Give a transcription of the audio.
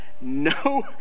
no